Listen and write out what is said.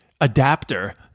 adapter